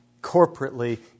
corporately